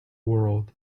world